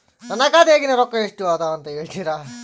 ನನ್ನ ಖಾತೆಯಾಗಿನ ರೊಕ್ಕ ಎಷ್ಟು ಅದಾ ಅಂತಾ ಹೇಳುತ್ತೇರಾ?